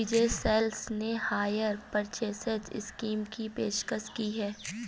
विजय Sales ने hire purchase scheme की पेशकश की हैं